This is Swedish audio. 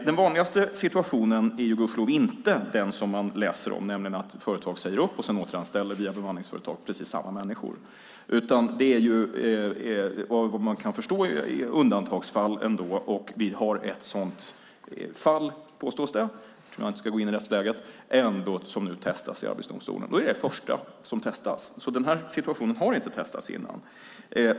Den vanligaste situationen är gudskelov inte den som man läser om, nämligen att företag säger upp och sedan återanställer via bemanningsföretag precis samma människor. Det är ändå undantagsfall. Vi har ett sådant fall, påstås det - jag ska inte gå in i rättsläget - som testas i Arbetsdomstolen. Det är det första som testas, så den här situationen har inte testats innan.